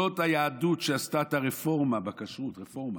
זאת היהדות שעשתה את הרפורמה בכשרות, רפורמה.